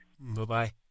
Bye-bye